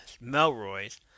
Melroy's